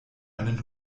einen